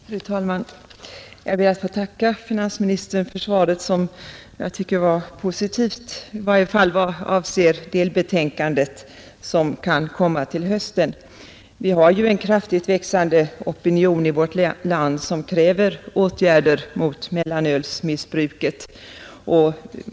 Fru talman! Jag ber att få tacka finansministern för svaret som jag tycker är positivt, i varje fall vad avser delbetänkandet som kan komma till hösten. Vi har ju en kraftigt växande opinion i vårt land som kräver åtgärder mot mellanölsmissbruket.